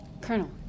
Colonel